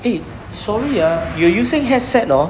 eh sorry ah you using headset orh